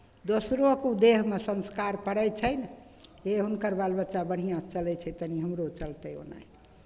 दोसरोके देहमे संस्कार पड़ै छै ने हे हुनकर बाल बच्चा बढ़िआँ चलै छै तनि हमरो चलतै ओनाहि